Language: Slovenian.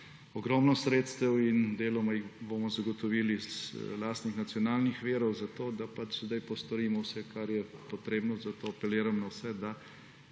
ogromno sredstev in deloma jih bomo zagotovili iz lastnih nacionalnih virov, da sedaj postorimo vse, kar je potrebno. Zato apeliram na vse, da